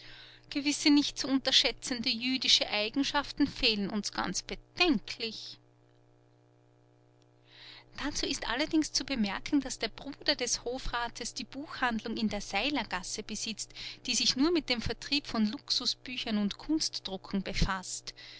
gewisse nicht zu unterschätzende jüdische eigenschaften fehlen uns ganz bedenklich dazu ist allerdings zu bemerken daß der bruder des hofrates die buchhandlung in der seilergasse besitzt die sich nur mit dem vertrieb von luxusbüchern und kunstdrucken befaßt